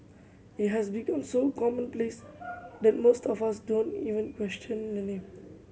it has become so commonplace that most of us don't even question the name